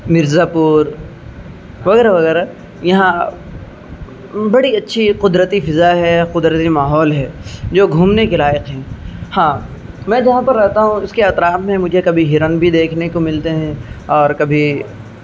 مرزا پور وغیرہ وغیرہ یہاں بڑی اچھی قدرتی فضا ہے قدرتی ماحول ہے جو گھومنے کے لائق ہیں ہاں میں جہاں پر رہتا ہوں اس کے اطراف میں مجھے کبھی ہرن بھی دیکھنے کو ملتے ہیں اور کبھی